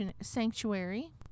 Sanctuary